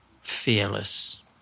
fearless